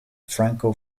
franco